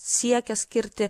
siekia skirti